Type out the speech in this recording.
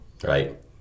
Right